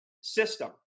system